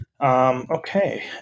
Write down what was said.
Okay